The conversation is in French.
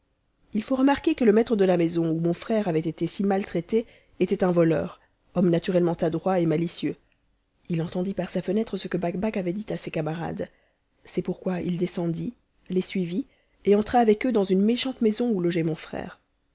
ii faut remarquer que le maître de la maison où mon frère avait été si maltraité était un voleur homme naturellement adroit et malicieux ii entendit par sa fenêtre ce que bakbac avait dit à ses camarades c'est pourquoi it descendit les suivit et entra avec eux dans une méchante maison où logeait mon frère